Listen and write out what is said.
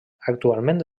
actualment